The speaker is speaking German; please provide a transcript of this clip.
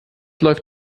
läuft